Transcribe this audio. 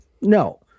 No